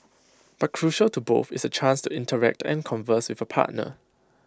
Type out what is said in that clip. but crucial to both is A chance to interact and converse with A partner